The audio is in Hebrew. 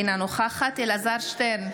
אינה נוכחת אלעזר שטרן,